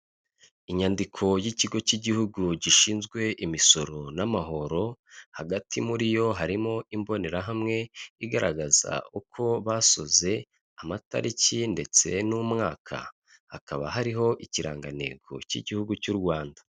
Inyandiko y'ikigo cy'igihugu gishinzwe imisoro n'amahoro, hagati muri yo harimo imbonerahamwe igaragaza uko basoze, amatariki ndetse n'umwaka. Hakaba hariho ikirangantego cy'igihugu cy'u Rwanda.